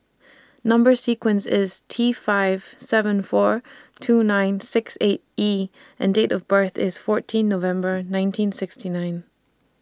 Number sequence IS T five seven four two nine six eight E and Date of birth IS fourteen November nineteen sixty nine